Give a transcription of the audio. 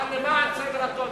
אבל למען הסדר הטוב,